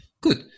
Good